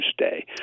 stay